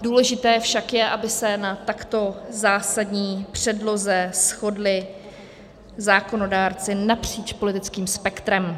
Důležité však je, aby se na takto zásadní předloze shodli zákonodárci napříč politickým spektrem.